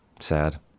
sad